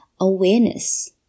Awareness